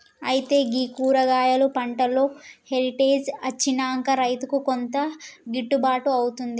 అయితే గీ కూరగాయలు పంటలో హెరిటేజ్ అచ్చినంక రైతుకు కొంత గిట్టుబాటు అవుతుంది